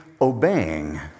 obeying